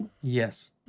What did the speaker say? yes